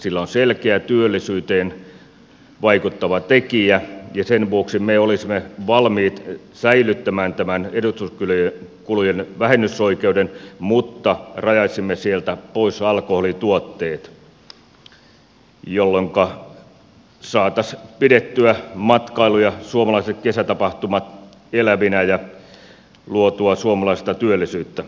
se on selkeä työllisyyteen vaikuttava tekijä ja sen vuoksi me olisimme valmiit säilyttämään tämän edustuskulujen vähennysoikeuden mutta rajaisimme sieltä pois alkoholituotteet jolloinka saataisiin pidettyä matkailu ja suomalaiset kesätapahtumat elävinä ja luotua suomalaista työllisyyttä